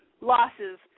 losses